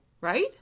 right